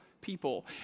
people